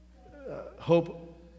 Hope